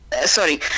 sorry